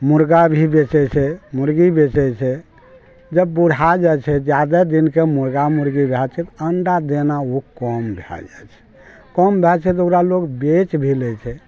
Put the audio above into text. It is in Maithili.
मुर्गा भी बेचै छै मुर्गी बेचै छै जब बूढ़ा जाइ छै जादे दिनके मुर्गा मुर्गी भऽ जाइ छै तऽ अण्डा देनाइ ओ कम भऽ जाइ छै कम भऽ छै तऽ ओकरा लोग बेच भी लै छै